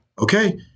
Okay